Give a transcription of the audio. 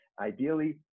ideally